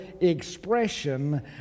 expression